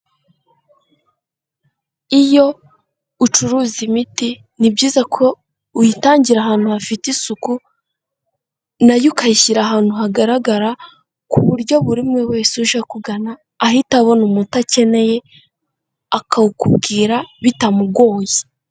Iyo ucuruza imiti, ni byiza ko uyitangira ahantu hafite isuku, na yo ukayishyira ahantu hagaragara, ku buryo buri umwe wese uje kugana, ahita abona umuti akeneye, akawukubwira bitamugoye.